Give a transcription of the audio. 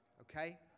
okay